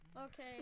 Okay